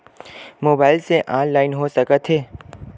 Mobile से online हो सकत हे?